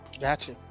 Gotcha